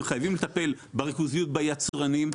חייבים לטפל בריכוזיות ביצרנים,